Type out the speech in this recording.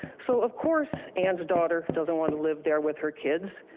so of course, anne's daughter doesn't want to live there with her kids.